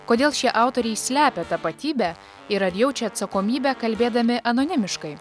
kodėl šie autoriai slepia tapatybę ir ar jaučia atsakomybę kalbėdami anonimiškai